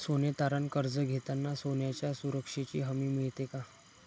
सोने तारण कर्ज घेताना सोन्याच्या सुरक्षेची हमी मिळते का?